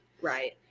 Right